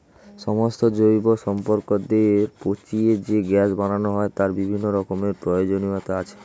সমস্ত জৈব সম্পদকে পচিয়ে যে গ্যাস বানানো হয় তার বিভিন্ন রকমের প্রয়োজনীয়তা আছে